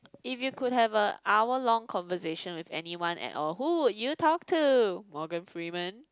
if you could have a hour long conversation with anyone at all who would you talk to Morgan-Freeman